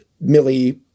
Millie